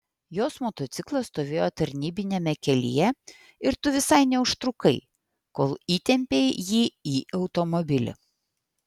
jos motociklas stovėjo tarnybiniame kelyje ir tu visai neužtrukai kol įtempei jį į automobilį